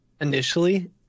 initially